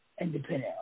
independent